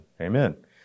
Amen